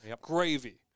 Gravy